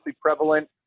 prevalent